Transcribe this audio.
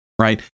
right